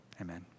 amen